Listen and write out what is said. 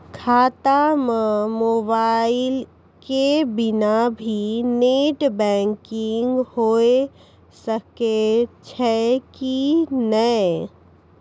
खाता म मोबाइल के बिना भी नेट बैंकिग होय सकैय छै कि नै?